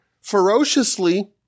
ferociously